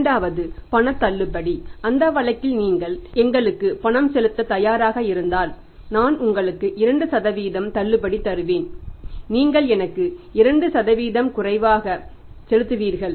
இரண்டாவது பண தள்ளுபடி அந்த வழக்கில் நீங்கள் எனக்கு பணம் செலுத்தத் தயாராக இருந்தால் நான் உங்களுக்கு 2 தள்ளுபடி தருவேன் நீங்கள் எனக்கு 2 குறைவாக செலுத்துவீர்கள்